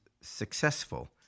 successful